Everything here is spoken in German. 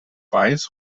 weiß